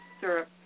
syrup